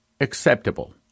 acceptable